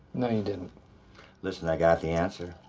no you didn't listen, i got the answer.